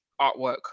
artwork